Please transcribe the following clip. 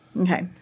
Okay